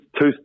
two